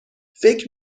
فکر